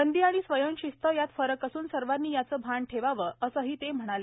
बंदी आणि स्वयंशिस्त यात फरक असून सर्वांनी याचे भान ठेवावे असेही ते म्हणाले